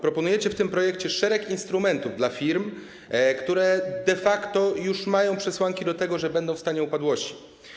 Proponujecie w tym projekcie szereg instrumentów dla firm, które de facto już mają przesłanki tego, że będą w stanie upadłości.